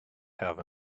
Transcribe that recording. have